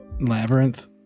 Labyrinth